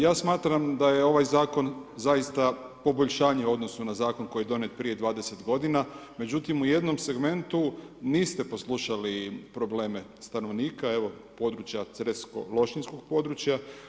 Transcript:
Ja smatram da je ovaj zakon, zaista poboljšanje, u odnosu na zakon koji je donijeti prije 20 g. Međutim, u jednom segmentu niste poslušali probleme stanovnika, evo područja, cresko lošinjskog područja.